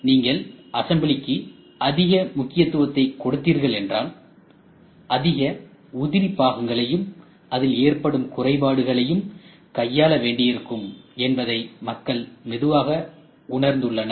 நீங்கள் அசம்பிளிக்கு அதிக முக்கியத்துவத்தை கொடுத்தீர்கள் என்றால் அதிக உதிரிப் பாகங்களையும் அதில் ஏற்படும் குறைபாடுகளையும் கையாள வேண்டியிருக்கும் என்பதை மக்கள் மெதுவாக உணர்ந்துள்ளனர்